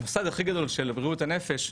במוסד הכי גדול של בריאות הנפש,